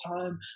time